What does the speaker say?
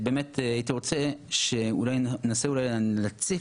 להציף את הסוגייה בנוגע לגבייה הזאת,